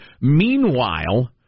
Meanwhile